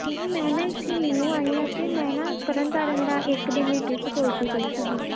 ma'am ਮੈਂ ਨਾ ਇੱਥੇ ਨਿਊ ਆਈ ਹਾਂ ਅਤੇ ਮੈਂ ਨਾ ਤਰਨ ਤਾਰਨ ਦਾ ਇੱਕ ਦਿਨ ਲਈ ਟ੍ਰਿਪ ਸੋਚਦੀ ਪਈ ਸੀਗੀ